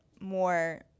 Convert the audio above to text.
more